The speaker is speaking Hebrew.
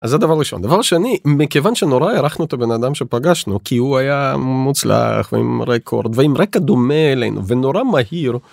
זה דבר ראשון דבר שני מכיוון שנורא הערכנו את הבנאדם שפגשנו כי הוא היה מוצלח עם רקורד ועם רקע דומה אלינו ונורא מהיר.